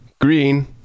green